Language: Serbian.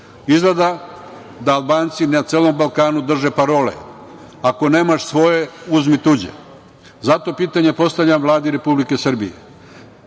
Izgleda da Albanci na celom Balkanu drže parole – Ako nemaš svoje, uzmi tuđe. Zato pitanje postavljam Vladi Republike Srbije